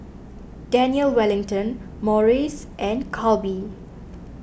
Daniel Wellington Morries and Calbee